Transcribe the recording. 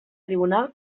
tribunal